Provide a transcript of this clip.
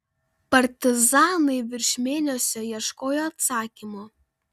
partizanai virš mėnesio ieškojo atsakymo